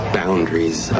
boundaries